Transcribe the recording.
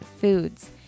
foods